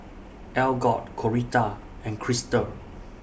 Algot Coretta and Kristal